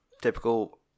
typical